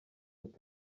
and